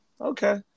Okay